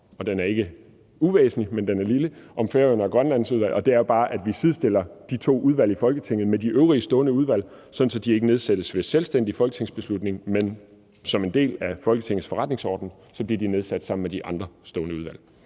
ikke er uvæsentlig, men den er lille, og som handler om Færøudvalget og Grønlandsudvalget, og det er jo bare, at vi sidestiller de to udvalg i Folketinget med de øvrige stående udvalg, sådan at de ikke nedsættes ved en selvstændig folketingsbeslutning, men at de som en del af Folketingets Forretningsorden bliver nedsat sammen med de andre stående udvalg.